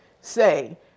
say